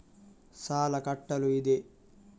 ಸಾಲ ಕಟ್ಟಲು ಇದೆ